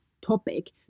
topic